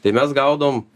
tai mes gaudavom